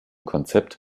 konzept